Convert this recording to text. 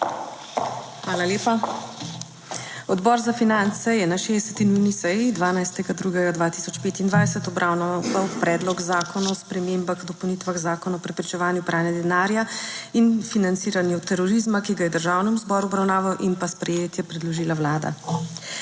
Hvala lepa. Odbor za finance je na 60. nujni seji 12. 2. 2025 obravnaval Predlog zakona o spremembah in dopolnitvah Zakona o preprečevanju pranja denarja in financiranju terorizma, ki ga je Državnemu zboru v obravnavo in sprejetje predložila Vlada.